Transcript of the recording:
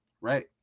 Right